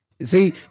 See